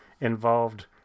involved